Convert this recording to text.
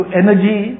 energy